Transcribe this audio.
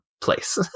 place